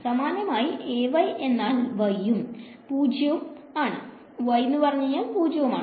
സമാനമായി Ay എന്നാൽ y ഇതും 0 ആണ്